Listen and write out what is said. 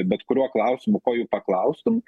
bet kuriuo klausimu ko jų paklaustum